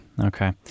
Okay